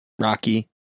Rocky